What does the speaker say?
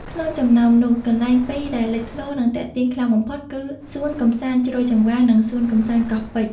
ក្នុងចំណោមនោះ កន្លែងពីរដែលលេចធ្លោរ និងទាក់ទាញខ្លាំងបំផុតគឺ សួនកម្សាន្តជ្រោយចង្វារ និង សួនកម្សាន្តកោះពេជ្រ។